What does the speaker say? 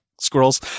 squirrels